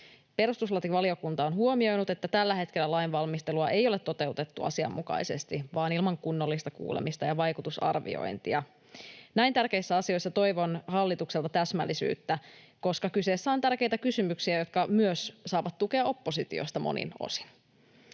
Perustuslakivaliokunta on huomioinut, että tällä hetkellä lainvalmistelua ei ole toteutettu asianmukaisesti vaan ilman kunnollista kuulemista ja vaikutusarviointia. Näin tärkeissä asioissa toivon hallitukselta täsmällisyyttä, koska kyseessä on tärkeitä kysymyksiä, jotka saavat tukea myös oppositiosta monin osin.